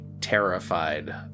terrified